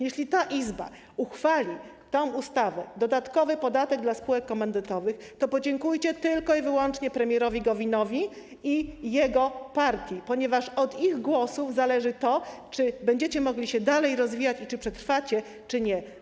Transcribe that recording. Jeśli ta Izba uchwali tą ustawą dodatkowy podatek dla spółek komandytowych, to podziękujcie tylko i wyłącznie premierowi Gowinowi i jego partii, ponieważ od ich głosów zależy to, czy będziecie mogli się dalej rozwijać i czy przetrwacie, czy nie.